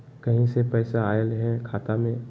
कहीं से पैसा आएल हैं खाता में?